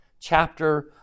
chapter